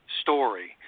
story